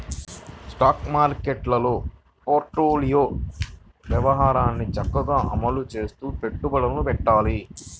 stock మార్కెట్టులో portfolio వ్యూహాన్ని చక్కగా అమలు చేస్తూ పెట్టుబడులను పెట్టాలి